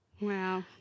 Wow